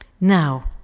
Now